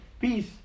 peace